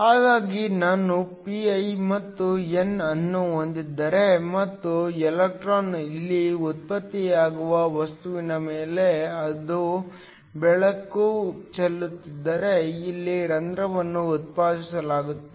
ಹಾಗಾಗಿ ನಾನು p i ಮತ್ತು n ಅನ್ನು ಹೊಂದಿದ್ದರೆ ಮತ್ತು ಎಲೆಕ್ಟ್ರಾನ್ ಇಲ್ಲಿ ಉತ್ಪತ್ತಿಯಾಗುವ ವಸ್ತುವಿನ ಮೇಲೆ ನಾನು ಬೆಳಕು ಚೆಲ್ಲುತ್ತಿದ್ದರೆ ಇಲ್ಲಿ ರಂಧ್ರವನ್ನು ಉತ್ಪಾದಿಸಲಾಗುತ್ತದೆ